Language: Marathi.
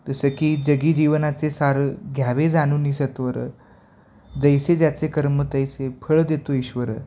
जसं की जगी जीवनाचे सार घ्यावे जाणूनी सत्वर जैसे ज्याचे कर्म तैसे फळं देतो ईश्वर